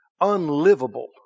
unlivable